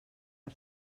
per